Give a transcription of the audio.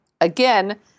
again